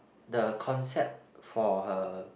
the concept for her